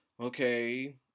okay